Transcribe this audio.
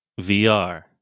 VR